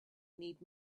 need